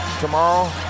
tomorrow